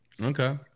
Okay